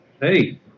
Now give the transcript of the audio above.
Hey